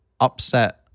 upset